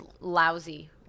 lousy